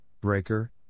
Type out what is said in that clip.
Breaker